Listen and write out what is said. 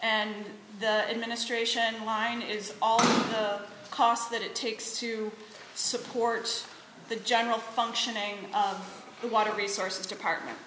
and the administration line is all the cost that it takes to support the general functioning of the water resources department